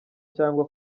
cyangwa